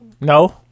No